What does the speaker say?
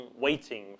waiting